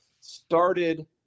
started